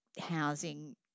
housing